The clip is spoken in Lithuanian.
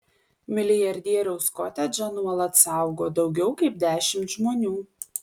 milijardieriaus kotedžą nuolat saugo daugiau kaip dešimt žmonių